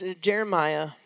Jeremiah